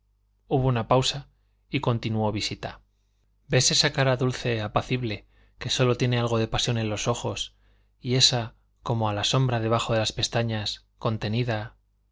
hubo una pausa y continuó visita ves esa cara dulce apacible que sólo tiene algo de pasión en los ojos y esa como a la sombra debajo de las pestañas contenida